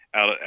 out